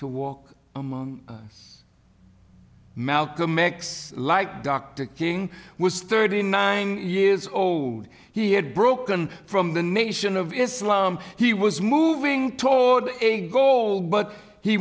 to walk among us malcolm x like dr king was thirty nine years old he had broken from the nation of islam he was moving toward a goal but he